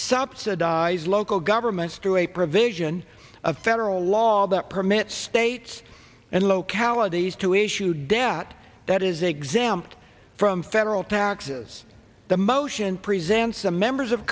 subsidize local governments through a provision of federal law that permits states and localities to issue debt that is exempt from federal taxes the motion presents the members of